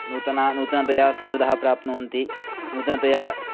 नूतनतया नूतनतया सुहृदः प्राप्नुवन्ति नूतनतया